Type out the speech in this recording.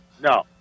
No